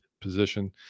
position